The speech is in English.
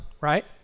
right